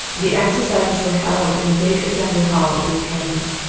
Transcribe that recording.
the exercises were held in the big assembly hall of the academy.